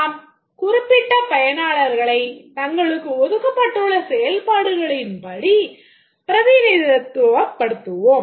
நாம் குறிப்பிட்டப் பயனாளர்களை தங்களுக்கு ஒதுக்கப்பட்டுள்ளச் செயல்பாடுகளின்படி பிரதிநிதித்துவப்படுத்தலாம்